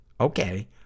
Okay